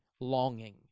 longing